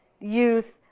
youth